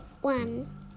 one